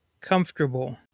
comfortable